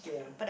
yeah